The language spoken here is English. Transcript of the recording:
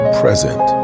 present